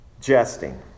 jesting